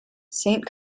saint